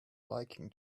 liking